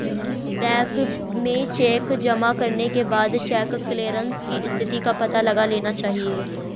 bank में cheque जमा करने के बाद चेक क्लेअरन्स की स्थिति का पता लगा लेना चाहिए